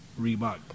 Reebok